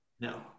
No